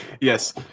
yes